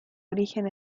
origen